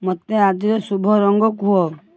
ମୋତେ ଆଜିର ଶୁଭ ରଙ୍ଗ କୁହ